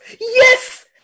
Yes